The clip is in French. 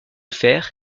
faire